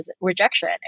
rejection